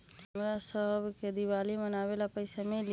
हमरा शव के दिवाली मनावेला पैसा मिली?